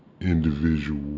individual